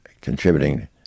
contributing